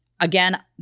Again